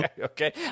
Okay